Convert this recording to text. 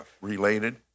related